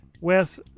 Wes